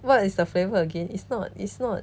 what is the flavour again it's not it's not